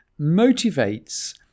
motivates